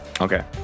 Okay